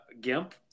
gimp